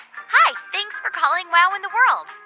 hi. thanks for calling wow in the world.